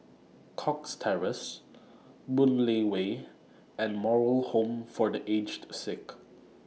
Cox Terrace Boon Lay Way and Moral Home For The Aged Sick